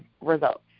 results